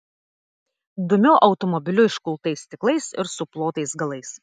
dumiu automobiliu iškultais stiklais ir suplotais galais